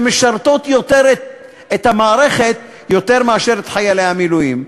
שמשרתות את המערכת יותר מאשר את חיילי המילואים.